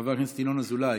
חבר הכנסת ינון אזולאי,